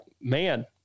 man